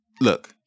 look